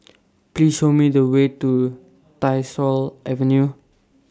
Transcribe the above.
Please Show Me The Way to Tyersall Avenue